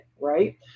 right